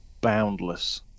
boundless